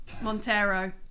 Montero